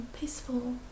peaceful